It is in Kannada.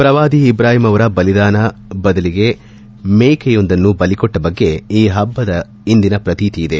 ಪ್ರವಾದಿ ಇಬ್ರಾಹಿಂ ಅವರ ಬಲಿದಾನ ಬದಲಿಗೆ ಮೇಕೆಯೊಂದನ್ನು ಬಲಿಕೊಟ್ಟ ಬಗ್ಗೆ ಈ ಹಬ್ಬದ ಹಿಂದಿನ ಪ್ರತೀತಿ ಇದೆ